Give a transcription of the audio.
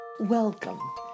Welcome